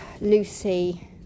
Lucy